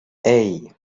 hey